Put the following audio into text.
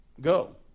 Go